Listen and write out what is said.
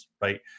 right